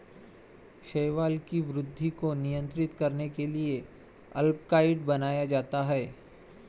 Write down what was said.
शैवाल की वृद्धि को नियंत्रित करने के लिए अल्बिकाइड बनाया जाता है